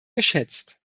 geschätzt